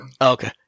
Okay